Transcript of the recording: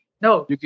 No